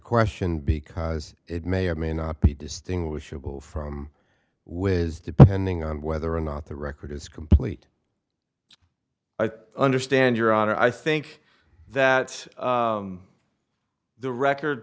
question because it may or may not be distinguishable from which is depending on whether or not the record is complete i understand your honor i think that the record